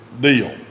deal